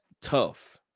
tough